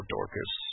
Dorcas